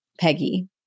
Peggy